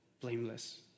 blameless